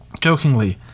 jokingly